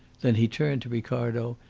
then he turned to ricardo,